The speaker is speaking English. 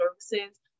services